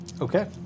Okay